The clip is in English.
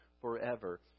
forever